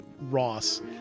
ross